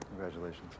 Congratulations